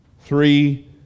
three